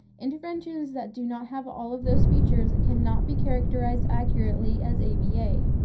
interventions that do not have all of those features cannot be characterized accurately as aba,